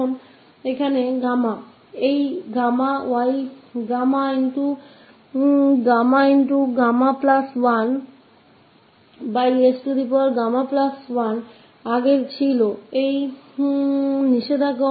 तो इस परिभासा के अनुसार इसका मन यह होगा तो 𝑡𝛾 का लाप्लास और यह integral यहाँ Γ है